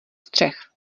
střech